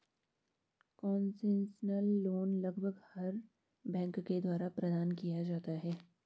concessional loan लगभग हर एक बैंक के द्वारा प्रदान किया जाता है